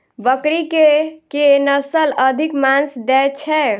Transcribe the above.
बकरी केँ के नस्ल अधिक मांस दैय छैय?